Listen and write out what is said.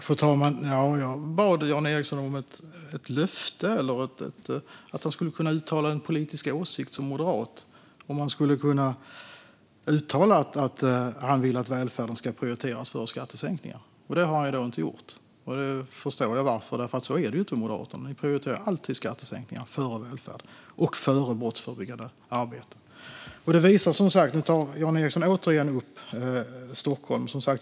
Fru talman! Jag bad Jan Ericson om ett löfte eller om att han skulle uttala en politisk åsikt som moderat. Jag bad honom att uttala att han vill att välfärden ska prioriteras före skattesänkningar, men det gjorde han inte. Jag förstår varför - så är det ju inte i Moderaterna. De prioriterar alltid skattesänkningar före välfärd och brottsförebyggande arbete. Nu tar Jan Ericson återigen upp Stockholm.